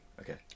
okay